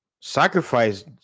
sacrifice